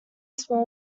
small